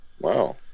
Wow